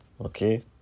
Okay